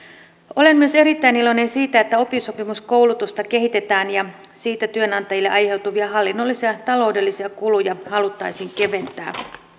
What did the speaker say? olen myös erittäin iloinen siitä että oppisopimuskoulutusta kehitetään ja siitä työnantajille aiheutuvia hallinnollisia taloudellisia kuluja haluttaisiin keventää